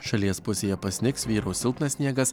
šalies pusėje pasnigs vyraus silpnas sniegas